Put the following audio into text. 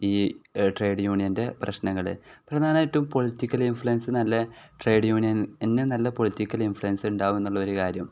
ഈ ട്രേഡ് യൂണിയൻ്റെ പ്രശ്നങ്ങൾ പ്രധാനമായിട്ടും പൊളിറ്റിക്കൽ ഇൻഫ്ലുവൻസ് നല്ല ട്രേഡ് യൂണിയൻ എന്നും നല്ല പൊളറ്റിക്കൽ ഇൻഫ്ലുവൻസ് ഉണ്ടാകും എന്നുള്ളൊരു കാര്യം